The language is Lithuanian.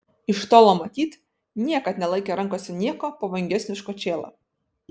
iš tolo matyt niekad nelaikė rankose nieko pavojingesnio už kočėlą